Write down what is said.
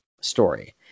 story